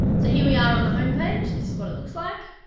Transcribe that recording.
so here we are on the home page this is what it looks like